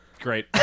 Great